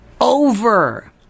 over